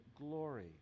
glory